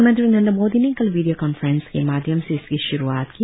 प्रधानमंत्री नरेन्द्र मोदी ने कल वीडियो कॉन्फ्रेंस के माध्यम से इसकी श्रुआत की